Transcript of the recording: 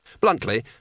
Bluntly